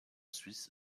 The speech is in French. suisse